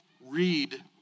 read